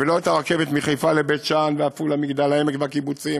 ולא את הרכבת מחיפה לבית שאן ועפולה מגדל העמק והקיבוצים